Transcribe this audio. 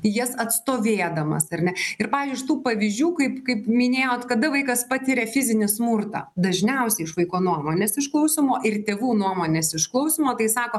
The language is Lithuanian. jas atstovėdamas ar ne ir iš tų pavyzdžių kaip kaip minėjot kada vaikas patiria fizinį smurtą dažniausiai iš vaiko nuomonės išklausymo ir tėvų nuomonės išklausymo tai sako